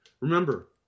remember